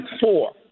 four